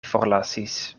forlasis